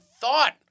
thought